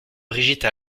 brigitte